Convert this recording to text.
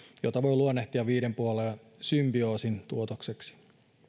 jota voi luonnehtia viiden puolueen symbioosin tuotokseksi